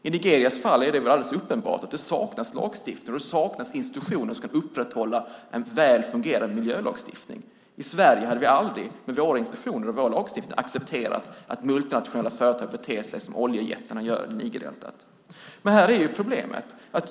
I Nigerias fall är det alldeles uppenbart att det saknas lagstiftning och institutioner som kan upprätthålla en väl fungerande miljölagstiftning. I Sverige hade vi aldrig, med våra institutioner och vår lagstiftning, accepterat att multinationella företag beter sig som oljejättarna gör i Nigerdeltat. Men här är ju problemet.